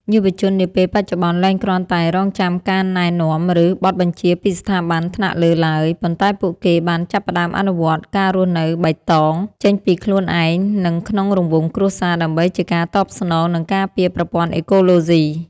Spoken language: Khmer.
យុវជននាពេលបច្ចុប្បន្នលែងគ្រាន់តែរង់ចាំការណែនាំ ឬបទបញ្ជាពីស្ថាប័នថ្នាក់លើឡើយ ប៉ុន្តែពួកគេបានចាប់ផ្តើមអនុវត្ត ការរស់នៅបៃតង ចេញពីខ្លួនឯង និងក្នុងរង្វង់គ្រួសារ ដើម្បីជាការតបស្នង និងការពារប្រព័ន្ធអេកូឡូស៊ី។